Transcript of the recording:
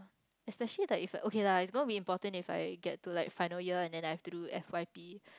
especially okay lah it's gonna be important if I get to like final year and then I have to do F_Y_P